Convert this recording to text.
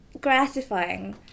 gratifying